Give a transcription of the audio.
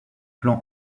plan